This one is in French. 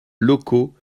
locaux